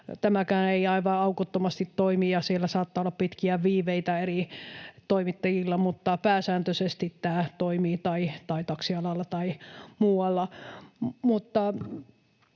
tämäkään ei aivan aukottomasti toimi, ja siellä saattaa olla pitkiä viiveitä eri toimittajilla, mutta pääsääntöisesti tämä toimii — tai taksialalla tai muualla.